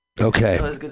okay